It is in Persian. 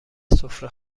سفره